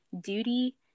duty